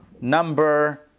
number